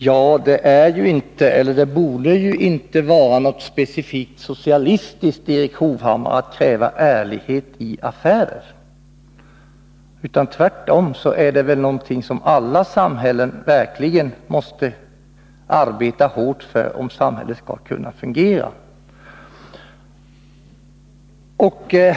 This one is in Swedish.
Herr talman! Det borde inte vara något specifikt socialistiskt, Erik Hovhammar, att kräva ärlighet i affärer. Tvärtom är det väl någonting som alla samhällen verkligen måste arbeta hårt för, om samhället skall kunna fungera.